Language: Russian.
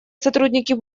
сотрудники